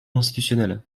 institutionnel